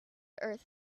earth